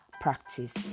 practice